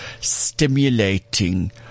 Stimulating